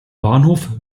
bahnhof